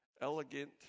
elegant